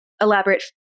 elaborate